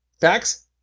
facts